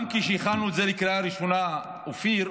גם כשהכנו את זה לקריאה ראשונה, אופיר,